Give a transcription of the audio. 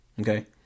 Okay